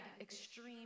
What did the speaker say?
extreme